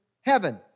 heaven